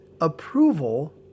approval